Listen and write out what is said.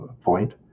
point